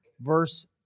verse